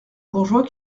bourgeois